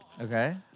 Okay